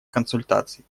консультаций